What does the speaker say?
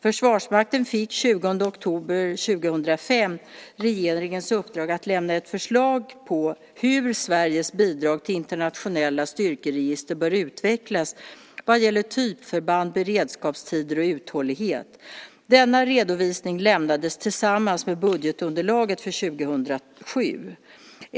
Försvarsmakten fick den 20 oktober 2005 regeringens uppdrag att lämna ett förslag på hur Sveriges bidrag till internationella styrkeregister bör utvecklas vad gäller typförband, beredskapstider och uthållighet. Denna redovisning lämnades tillsammans med budgetunderlaget för 2007.